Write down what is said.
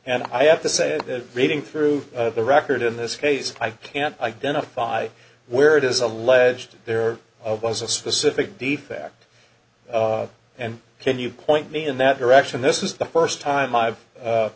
and i have to say that reading through the record in this case i can't identify where it is alleged there of was a specific defect and can you point me in that direction this is the first time